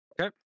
Okay